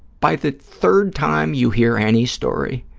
by the third time you hear any story,